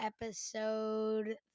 episode